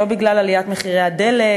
לא בגלל עליית מחירי הדלק,